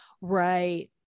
Right